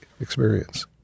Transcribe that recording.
experience